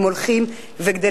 הם הולכים וגדלים.